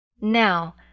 Now